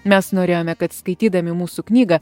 mes norėjome kad skaitydami mūsų knygą